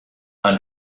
and